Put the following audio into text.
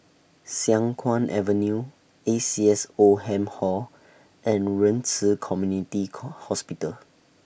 Siang Kuang Avenue A C S Oldham Hall and Ren Ci Community Hospital